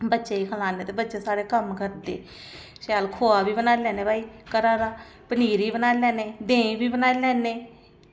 बच्चें गी खलान्ने ते बच्चे साढ़े कम्म करदे शैल खोहा बी बनाई लैन्ने भई घरा दा पनीर बी बनाई लैन्ने देहीं बी बनाई लैन्ने